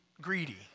greedy